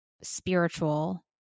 spiritual